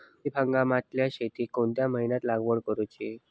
खरीप हंगामातल्या शेतीक कोणत्या महिन्यात लागवड करूची?